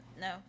No